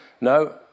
No